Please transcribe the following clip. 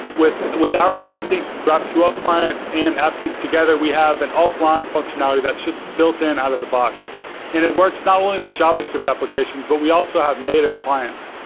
with with our appsync, graphql client and appsync together, we have an offline functionality that's just built in out-of-the-box. and it works not only with javascript applications, but we also have native clients.